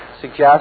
suggest